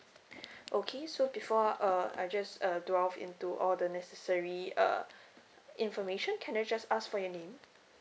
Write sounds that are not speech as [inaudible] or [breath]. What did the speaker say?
[breath] okay so before uh I just uh delve into all the necessary uh information can I just ask for your name